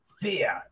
Fear